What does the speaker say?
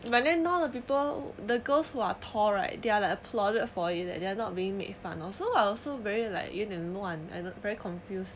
B